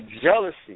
jealousy